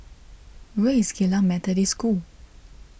where is Geylang Methodist School